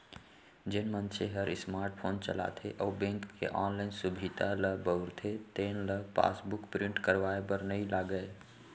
जेन मनसे हर स्मार्ट फोन चलाथे अउ बेंक के ऑनलाइन सुभीता ल बउरथे तेन ल पासबुक प्रिंट करवाए बर नइ लागय